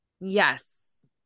yes